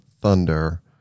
thunder